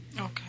Okay